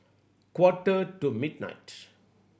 quarter to midnight